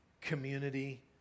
community